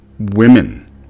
women